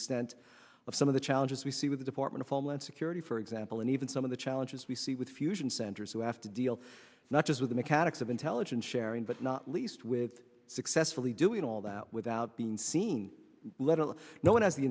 extent of some of the challenges we see with the department of homeland security for example and even some of the challenges we see with fusion centers who have to deal not just with the mechanics of intelligence sharing but not least with successfully doing all that without being seen little no one has the